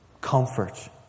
Comfort